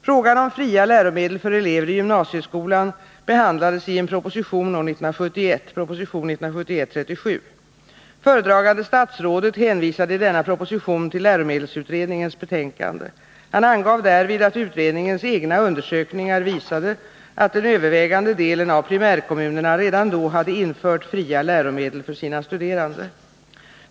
Frågan om fria läromedel för elever i gymnasieskolan behandlades i | en proposition år 1971 . Föredragande statsrådet hänvisade i denna proposition till läromedelsutredningens betänkande. Han angav därvid att utredningens egna undersökningar visade att den övervägande | delen av primärkommunerna redan då hade infört fria läromedel för sina | studerande.